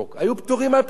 היו פטורים על-פי חוק.